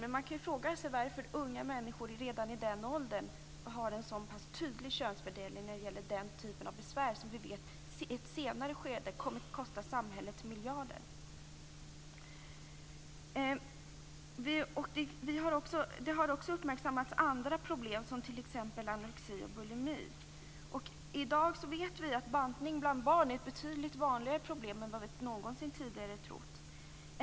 Men man kan fråga sig varför det finns en sådan tydlig könsfördelning bland unga människor redan i den åldern när det gäller den här typen av problem som vi vet i ett senare skede kommer att kosta samhället miljarder. Man har också uppmärksammat andra problem som t.ex. anorexi och bulimi. I dag vet vi att bantning bland barn är ett betydligt vanligare problem än vad vi någonsin trott tidigare.